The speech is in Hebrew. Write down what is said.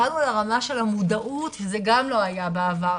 הגענו לרמה של המודעות שזה גם לא היה בעבר.